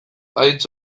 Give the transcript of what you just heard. haitz